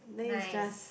then it's just